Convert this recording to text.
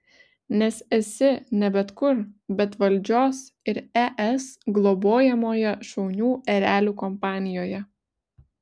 nes esi ne bet kur bet valdžios ir es globojamoje šaunių erelių kompanijoje